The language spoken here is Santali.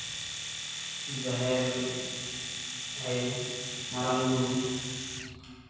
ᱡᱟᱦᱮᱨ ᱟᱭᱳ ᱢᱟᱨᱟᱝ ᱵᱳᱨᱳ